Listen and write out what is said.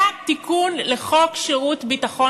היה תיקון לחוק שירות ביטחון.